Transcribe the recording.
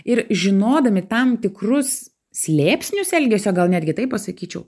ir žinodami tam tikrus slėpsnius elgesio gal netgi taip pasakyčiau